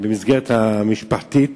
במסגרת המשפחתית